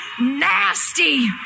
nasty